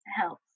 help